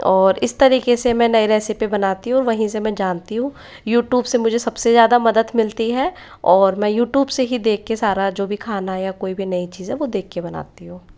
और इस तरीके से मैं नई रेसिपी बनाती हूँ वहीं से मैं जानती हूँ यूट्यूब से मुझे सबसे ज़्यादा मदद मिलती है और मैं यूट्यूब से ही देख के सारा जो भी खाना या कोई भी नई चीज है वो देख के बनाती हूँ